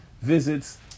visits